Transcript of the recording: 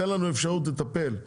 תן לנו אפשרות לטפל,